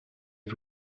est